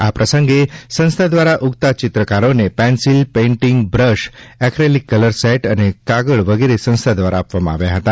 આ પ્રસંગે સંસ્થા દ્વારા ઉગતા ચિત્રકારોને pencil painting brush acrylic colour set અને કાગળ વગેરે સંસ્થા દ્વારા આપવામાં આવ્યા હતા